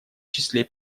числе